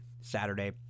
Saturday